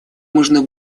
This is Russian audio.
можно